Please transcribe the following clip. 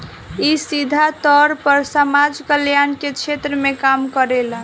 इ सीधा तौर पर समाज कल्याण के क्षेत्र में काम करेला